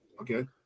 Okay